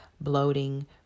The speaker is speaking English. bloating